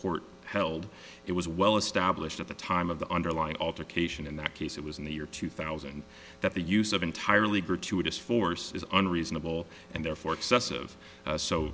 court held it was well established at the time of the underlying altercation in that case it was in the year two thousand that the use of entirely gratuitous force is unreasonable and therefore excessive so